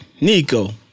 Nico